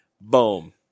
boom